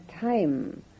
time